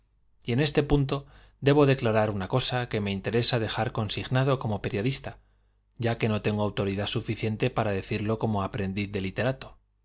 y en este punto debo declarar una cosa que me interesa dejar consignado como periodista ya que no tenga autoridad suficiente para decirlo como aprendiz de literato